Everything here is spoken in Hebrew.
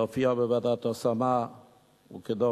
הופעה בוועדת השמה וכדומה.